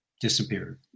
disappeared